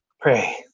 pray